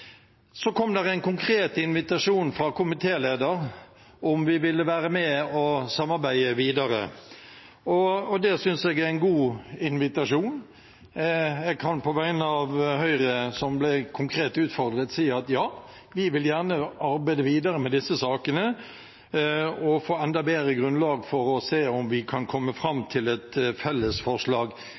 Så kom det en konkret invitasjon fra komitéleder om vi ville være med og samarbeide videre. Det synes jeg er en god invitasjon. Jeg kan på vegne av Høyre, som ble konkret utfordret, si: Ja, vi vil gjerne arbeide videre med disse sakene og få et enda bedre grunnlag for å se om vi kan komme fram til et felles forslag.